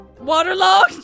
waterlogged